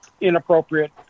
inappropriate